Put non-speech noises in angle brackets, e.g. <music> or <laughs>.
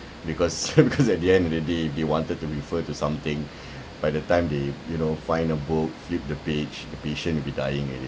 because <laughs> because at the end of the day if they wanted to refer to something <breath> by the time they you know find a book flip the page the patient will be dying already